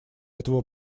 этого